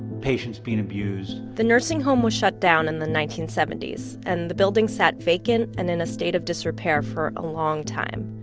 patients being abused the nursing home was shut down in the nineteen seventy s and the building sat vacant and in a state of disrepair for a long time.